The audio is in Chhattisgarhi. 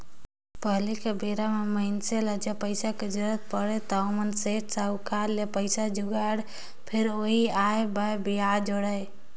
पहिली कर बेरा म मइनसे ल जब पइसा के जरुरत पड़य त ओमन सेठ, साहूकार करा ले पइसा जुगाड़य, फेर ओही आंए बांए बियाज जोड़य